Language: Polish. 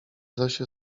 zosię